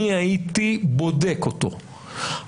אני הייתי בודק אותו,